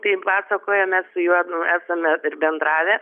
kaip pasakojam mes su jonu esame bendravę